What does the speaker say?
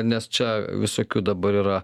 nes čia visokių dabar yra